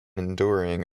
enduring